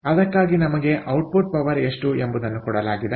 ಆದ್ದರಿಂದ ಅದಕ್ಕಾಗಿ ನಮಗೆ ಔಟ್ಪುಟ್ ಪವರ್ ಎಷ್ಟು ಎಂಬುದನ್ನು ಕೊಡಲಾಗಿದೆ